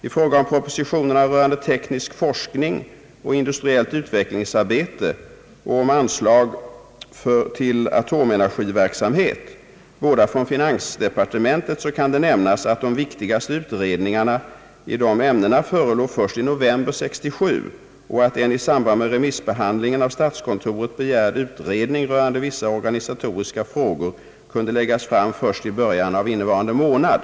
I fråga om propositionerna rörande teknisk forskning och industriellt utvecklingsarbete samt om anslag för 1968/69 = till = atomenergiverksamhet m.m., båda från finansdepartementet, kan nämnas att de viktigaste utredningarna i dessa ämnen förelåg först i november 1967 och att en i samband med remissbehandlingen av statskontoret begärd utredning rörande vissa organisatoriska frågor kunde läggas fram först i början av innevarande månad.